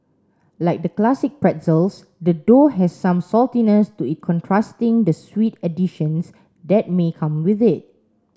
like the classic pretzels the dough has some saltiness to it contrasting the sweet additions that may come with it